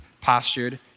postured